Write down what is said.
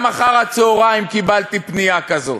גם אחר-הצהריים קיבלתי פנייה כזאת,